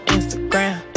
Instagram